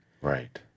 Right